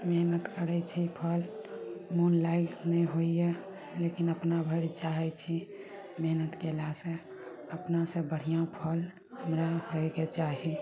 मेहनत करय छी फल मोन लागि नहि होइए लेकिन अपना भरि चाहय छी मेहनत कयलासँ अपनासँ बढ़िआँ फल हमरा हइके चाही